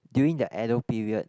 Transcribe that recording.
during the Edo period